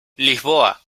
lisboa